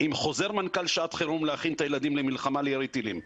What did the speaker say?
עם חוזר מנכ"ל לשעת חירום להכין את הילדים למלחמה לירי טילים,